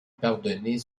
pardonner